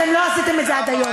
אתם לא עשיתם את זה עד היום.